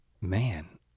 man